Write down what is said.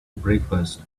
breakfast